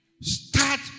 start